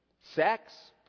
Sex